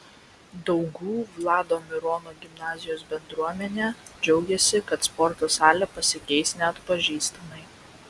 daugų vlado mirono gimnazijos bendruomenė džiaugiasi kad sporto salė pasikeis neatpažįstamai